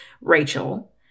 rachel